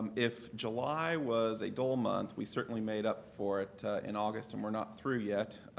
if july was a dull month, we certainly made up for it in august and we're not through yet,